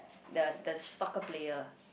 the the soccer player